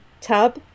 tub